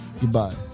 Goodbye